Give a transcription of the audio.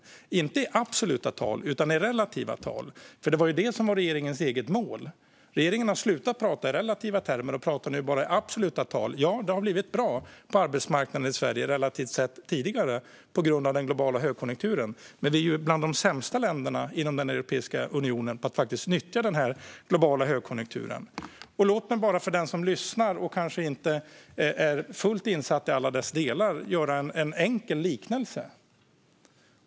Det handlar inte om absoluta tal utan om relativa tal. Det var nämligen det som var regeringens eget mål. Regeringen har slutat prata i relativa termer och pratar nu bara i absoluta tal. Ja, det har blivit bra på arbetsmarknaden i Sverige jämfört med tidigare - på grund av den globala högkonjunkturen. Men vi är ju bland de sämsta länderna inom Europeiska unionen på att faktiskt nyttja den globala högkonjunkturen. Låt mig bara, för den som lyssnar och som kanske inte är fullt insatt i alla dessa delar, göra en enkel liknelse.